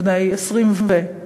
בני 20 ו-.